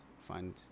find